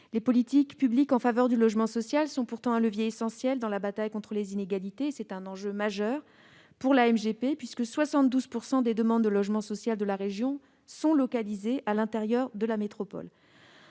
Les politiques publiques en faveur du logement social sont pourtant un levier essentiel dans la bataille contre les inégalités. C'est un enjeu majeur pour la MGP, puisque 72 % des demandes de logement social de la région sont localisées à l'intérieur de la métropole.